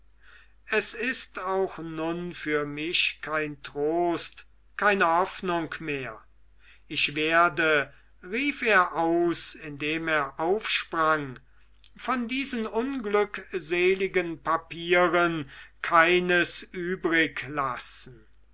es ist auch nun für mich kein trost keine hoffnung mehr ich werde rief er aus indem er aufsprang von diesen unglückseligen papieren keines